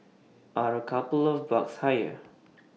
are A couple of bucks higher